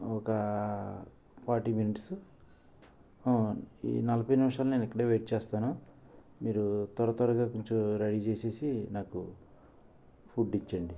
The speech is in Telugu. ఒక ఫార్టీ మినిట్స్ నలభై నిమిషాలు నేను ఇక్కడే వెయిట్ చేస్తాను మీరు త్వర త్వరగా కొంచెం రెడీ చేసేసి నాకు ఫుడ్ ఇచ్చేయండి